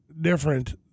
different